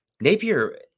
Napier